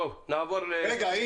בבקשה.